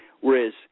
Whereas